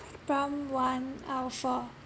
prompt one out of four